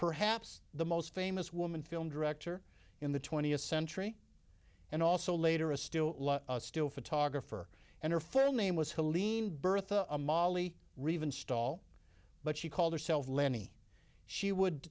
perhaps the most famous woman film director in the twentieth century and also later a still still photographer and her fairly name was helene bertha a molly reeve install but she called herself lenny she would